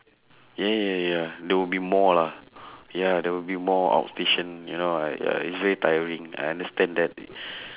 ya ya ya there will be more lah ya there will be more outstation you know ah ya it's very tiring I understand that